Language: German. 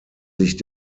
sich